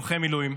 לוחם מילואים,